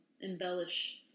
embellish